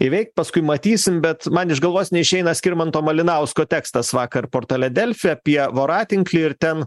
įveikt paskui matysim bet man iš galvos neišeina skirmanto malinausko tekstas vakar portale delfi apie voratinklį ir ten